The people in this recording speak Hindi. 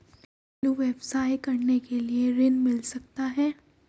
घरेलू व्यवसाय करने के लिए ऋण मिल सकता है?